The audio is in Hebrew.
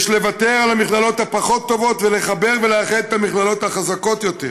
יש לוותר על המכללות הפחות-טובות ולחבר ולאחד את המכללות החזקות יותר.